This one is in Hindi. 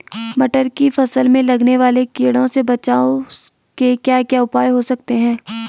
मटर की फसल में लगने वाले कीड़ों से बचाव के क्या क्या उपाय हो सकते हैं?